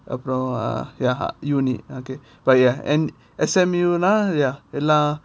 அப்புறம்:apuram ah ya uni okay but ya and S_M_U lah ya eh lah